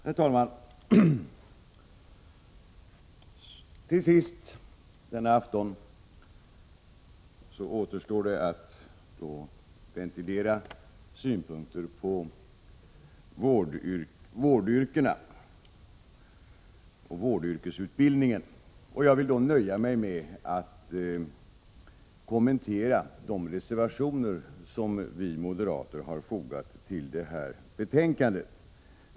Herr talman! Till sist denna afton återstår det att ventilera synpunkter på vårdyrkena och vårdyrkesutbildningen. Jag vill nöja mig med att kommentera de reservationer som vi moderater har fogat till detta betänkande.